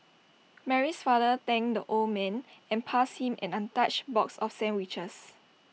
Mary's father thanked the old man and passed him an untouched box of sandwiches